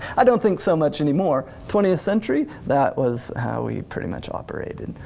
i don't think so much anymore. twentieth century, that was how we pretty much operated.